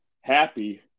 happy